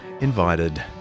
invited